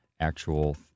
actual